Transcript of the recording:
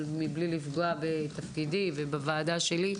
מבלי לפגוע בתפקידי ובוועדה שלי,